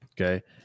Okay